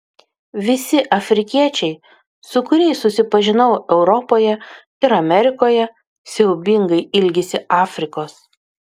visi afrikiečiai su kuriais susipažinau europoje ir amerikoje siaubingai ilgisi afrikos